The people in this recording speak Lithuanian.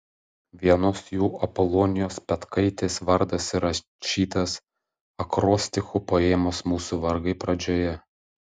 vienos jų apolonijos petkaitės vardas įrašytas akrostichu poemos mūsų vargai pradžioje